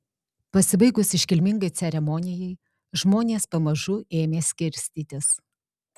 pasibaigus iškilmingai ceremonijai žmonės pamažu ėmė skirstytis